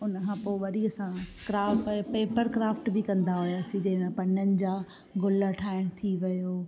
उन खां पोइ वरी असां क्रा पेपर क्राफ्ट बि कंदा हुआसीं जंहिंमें पननि जा ग़ुल ठाहिण थी वियो